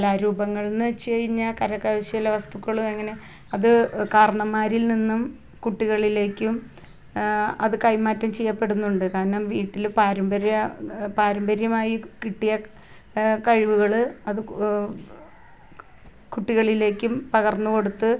കട്ടിയാവും അപ്പം അതുകൊണ്ട് ഞാൻ കരിയില ഇടും കരിയില ഇട്ടിട്ട് ആ കരിയില നനക്കുമ്പം പിന്നെ കരിയില അത്ര വേഗം ഉണങ്ങില്ല മണ്ണ് ഉണങ്ങുന്ന മാതിരി കരിയില ഉണങ്ങില്ല പിന്നെ അപ്പം കരി ഇലയുടെ ആ വെള്ളം എപ്പോഴും ആ ചെടിക്ക് നിന്ന് കഴിഞ്ഞാൽ ആ ചെടി നല്ല രീതിയിൽ തഴച്ച് വളർന്ന് കായും പൂവും ഒക്കെ ഉണ്ടാവും